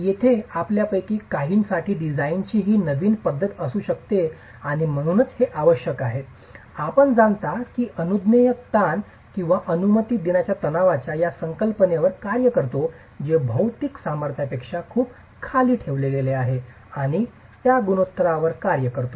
येथे आपल्यापैकी काहींसाठी डिझाइनची ही नवीन पद्धत असू शकते आणि म्हणूनच हे आवश्यक आहे आपण जाणता की आम्ही अनुज्ञेय ताण किंवा अनुमती देण्याच्या तणावाच्या या संकल्पनेवर कार्य करतो जे भौतिक सामर्थ्यापेक्षा खूप खाली ठेवले गेले आहेत आणि आम्ही त्या गुणोत्तरांवर कार्य करतो